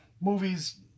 movies